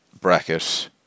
Bracket